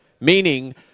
meaning